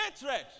hatred